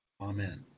Amen